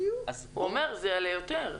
הוא אומר שזה יעלה יותר.